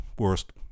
worst